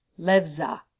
Levza